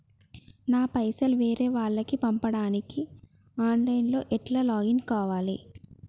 నా పైసల్ వేరే వాళ్లకి పంపడానికి ఆన్ లైన్ లా ఎట్ల లాగిన్ కావాలి?